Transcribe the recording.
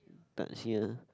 touch here